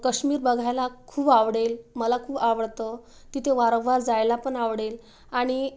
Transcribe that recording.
कश्मीर बघायला खूप आवडेल मला खूप आवडतं तिथे वारंवार जायला पण आवडेल आणि